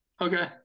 Okay